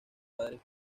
padres